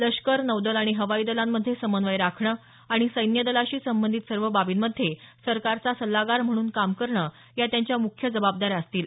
लष्कर नौदल आणि हवाई दलांमध्ये समन्वय राखणं आणि सैन्यदलाशी संबंधित सर्व बाबींमध्ये सरकारचा सल्लागार म्हणून काम करणं या त्यांच्या मुख्य जबाबदाऱ्या असतील